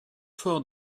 fort